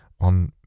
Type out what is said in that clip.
on